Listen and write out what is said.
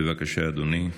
בבקשה, אדוני.